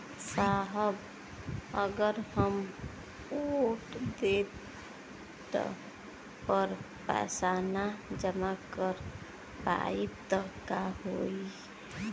साहब अगर हम ओ देट पर पैसाना जमा कर पाइब त का होइ?